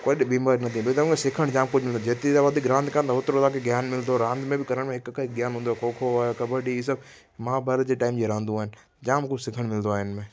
कोई बीमारी न थिए तव्हांखे सिखणु जाम पुजंदो जेतिरी तव्हां वधीक रांदि कंदा ओतिरो ज्ञान मिलंदो रांदि में बि करण में हिक खां हिक ज्ञान हूंदो आहे खो खो आहे कब्बडी हीअ सभु महाभारत जे टाइम जी रांदू आहिनि जाम कुझन सिखण मिलंदो आहे हिनमें